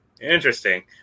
interesting